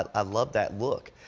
ah i love that look